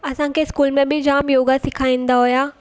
असांखे स्कूल में बि जामु योगा सेखारींदा हुया